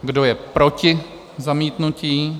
Kdo je proti zamítnutí?